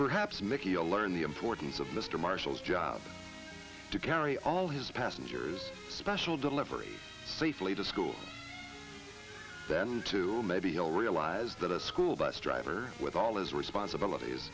perhaps maciel learn the importance of mr marshall's job to carry all his passengers special delivery safely to school then to maybe he'll realize that a school bus driver with all his responsibilities